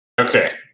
Okay